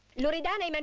loredana? and